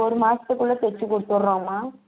ஒரு மாஸ்த்துக்குள்ளே தச்சு கொடுத்துர்ரோம்மா